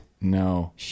No